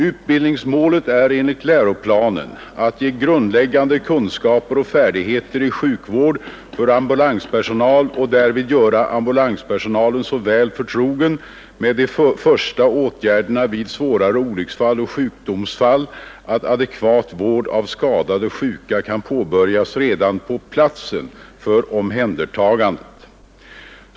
Utbildningsmålet är enligt läroplanen att ge grundläggande kunskaper och färdigheter i sjukvård för ambulanspersonal och därvid göra ambulanspersonalen så väl förtrogen med de första åtgärderna vid svårare olycksfall och sjukdomsfall, att adekvat vård av skadade och sjuka kan påbörjas redan på platsen för omhändertagandet.